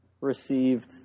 received